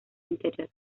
interior